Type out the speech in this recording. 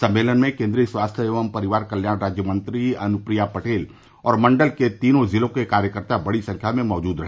सम्मेलन में केन्द्रीय स्वास्थ्य एवं परिवार कल्याण राज्यमंत्री अनुप्रिया पटेल और मण्डल के तीनों जिलों के कार्यकर्ता बड़ी संख्या में मौजूद रहे